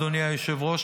אדוני היושב-ראש,